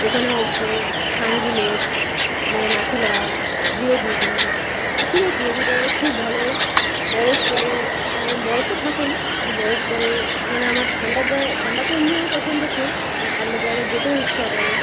ওখানে হচ্ছে Changu lake Nathu La zero degree মানে শুনেছি এগুলো জায়গাগুলো খুব ভালো বরফ পড়ে মানে বরফ তো থাকেই কিন্তু বরফ পড়ে মানে আমার ঠান্ডার জায়গায় ঠান্ডা তো এমনি আমার পছন্দ খুব ঠান্ডা জায়গায় যেতেও ইচ্ছা করে